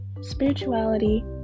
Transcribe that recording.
spirituality